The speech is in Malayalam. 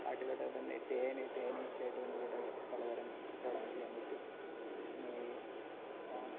കാട്ടിലൂടെ തന്നെ ഈ തേൻ തേനീച്ച ആയിട്ട് ബന്ധപ്പെട്ട പലതരം കച്ചവടങ്ങൾ ചെയ്യാൻ പറ്റും പിന്നേ